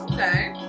Okay